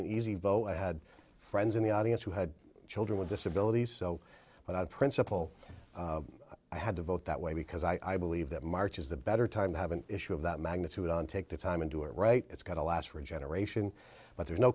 an easy vo i had friends in the audience who had children with disabilities but on principle i had to vote that way because i believe that march is the better time to have an issue of that magnitude and take the time and do it right it's got to last for a generation but there's no